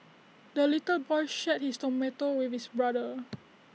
the little boy shared his tomato with his brother